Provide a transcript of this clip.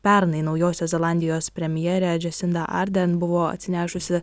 pernai naujosios zelandijos premjerė džasinda ardern buvo atsinešusi